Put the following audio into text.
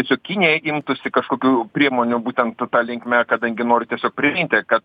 tiesiog kinija imtųsi kažkokių priemonių būtent ta linkme kadangi noriu tiesiog priminti kad